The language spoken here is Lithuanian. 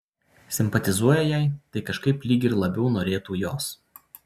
simpatizuoja jai tai kažkaip lyg ir labiau norėtų jos